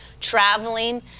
traveling